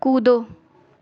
कूदो